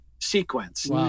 sequence